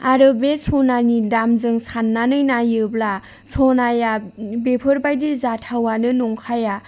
आरो बे सनानि दामजों साननानै नायोब्ला सनाया बेफोरबायदि जाथावआनो नंखाया